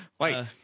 Wait